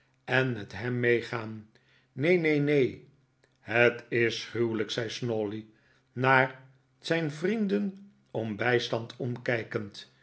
en met hem meegaan neen neen neen het is gruwelijk zei snawley naar zijn vrienden om bijstand omkijkend